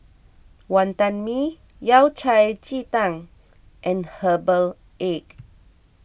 Wantan Mee Yao Cai Ji Tang and Herbal Egg